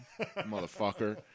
motherfucker